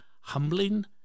humbling